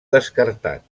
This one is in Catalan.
descartat